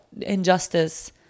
injustice